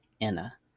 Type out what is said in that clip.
Anna